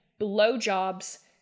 blowjobs